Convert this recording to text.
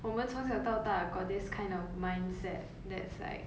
我们从小到大 got this kind of mindset that's like